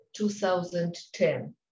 2010